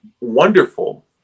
wonderful